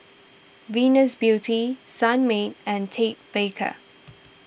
Venus Beauty Sunmaid and Ted Baker